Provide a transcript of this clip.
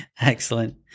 Excellent